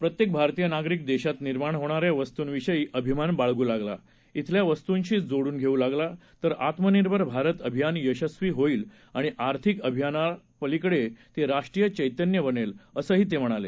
प्रत्येक भारतीय नागरिक देशात निर्माण होणाऱ्या वस्तूंविषयी अभिमान बाळगू लागला श्विल्या वस्तूंशी जोडून घेऊ लागला तर आत्मनिर्भर भारत अभियान यशस्वी होईल आणि आर्थिक अभियाना पलिकडे ते राष्ट्रीय चैतन्य बनेल असं त्यांनी सांगितलं